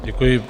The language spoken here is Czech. Děkuji.